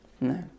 no